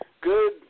good